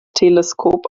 teleskop